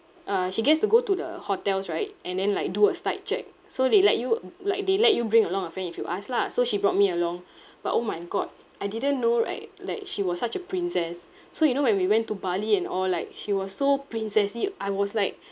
uh she gets to go to the hotels right and then like do a site check so they let you like they let you bring along a friend if you ask lah so she brought me along but oh my god I didn't know right like she was such a princess so you know when we went to bali and all like she was so princessy I was like